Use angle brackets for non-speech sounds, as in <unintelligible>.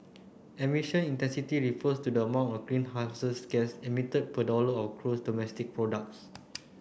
emission <unintelligible> refers to the amount of greenhouses gas emitted per dollar of gross domestic products